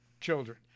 children